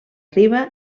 riba